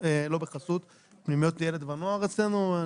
פנימיות ילד ונוער אצלנו.